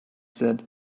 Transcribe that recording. said